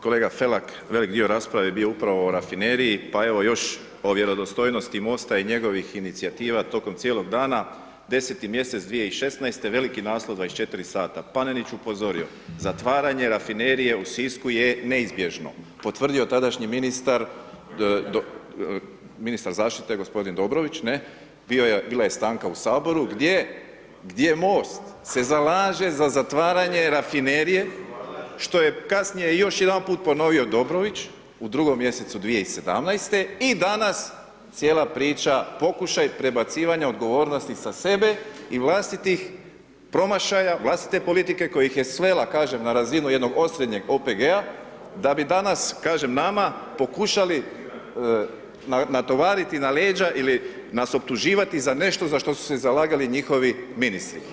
Kolega Felak, veliki dio rasprave je bio upravo o rafineriji pa evo još o vjerodostojnosti MOST-a i njegovih inicijativa tokom cijelog dana, 10-ti mjesec 2016. veliki naslov u 24 sata, Panenić upozorio: Zatvaranje rafinerije u Sisku je neizbježno, potvrdio tadašnji ministar, ministar zaštite, gospodin Dobrović ne, bila je stanka u Saboru, gdje, gdje MOST se zalaže za zatvaranje rafinerije, što je kasnije još jedanput ponovio Dobrović u 2-ugom mjesecu 2017.-te, i danas cijela priča, pokušaj prebacivanja odgovornosti sa sebe i vlastitih promašaja, vlastite politike koja ih je svela kažem na razinu jednog osrednjeg OPG-a, da bi danas kažem nama, pokušali natovariti na leđa ili nas optuživati za nešto za što su se zalagali njihovi ministri.